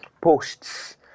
posts